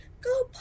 Go